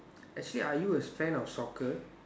actually are you a fan of soccer